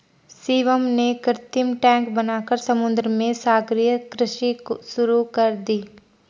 शिवम ने कृत्रिम टैंक बनाकर समुद्र में सागरीय कृषि शुरू कर दी